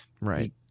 right